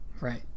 Right